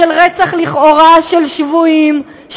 של רצח-לכאורה של שבויים,